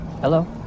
Hello